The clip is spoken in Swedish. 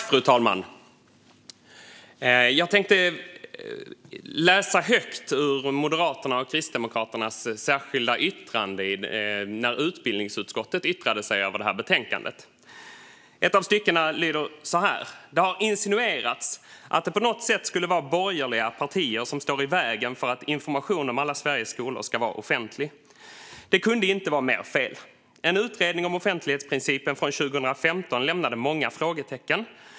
Fru talman! Jag tänker läsa högt ur Moderaternas och Kristdemokraternas särskilda yttrande i utbildningsutskottets yttrande över det här betänkandet. Ett av styckena lyder så här: "Det har insinuerats att det på något sätt skulle vara borgerliga partier som står i vägen för att information om alla Sveriges skolor ska vara offentlig. Det kunde inte vara mer fel. En utredning om offentlighetsprincipen från 2015 lämnade många frågetecken.